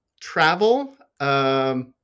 travel